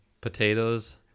potatoes